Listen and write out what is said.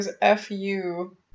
F-U